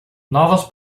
novas